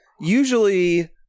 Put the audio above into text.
usually